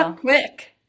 quick